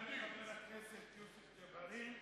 תודה לחבר הכנסת יוסף ג'בארין.